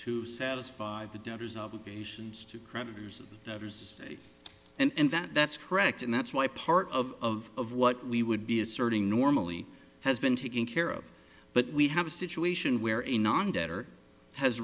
to satisfy the doubters obligations to creditors of the state and that that's correct and that's why part of what we would be asserting normally has been taken care of but we have a situation where a non debtor has